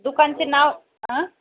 दुकानचे नाव